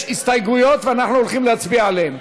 יש הסתייגויות, ואנחנו הולכים להצביע עליהן.